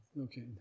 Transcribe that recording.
Okay